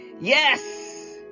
yes